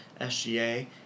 SGA